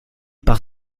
par